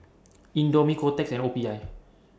Indomie Kotex and O P I